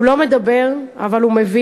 הוא לא מדבר, אבל הוא מבין.